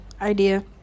idea